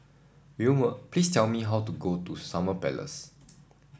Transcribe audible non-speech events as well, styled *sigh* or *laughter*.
*unintelligible* please tell me how to get to Summer Place